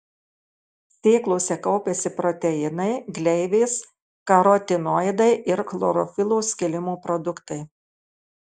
sėklose kaupiasi proteinai gleivės karotinoidai ir chlorofilo skilimo produktai